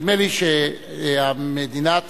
נדמה לי שמדינת ישראל,